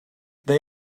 they